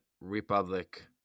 Republic